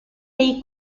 ahí